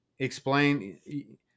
Explain